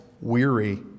weary